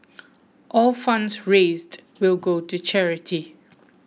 all funds raised will go to charity